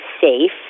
safe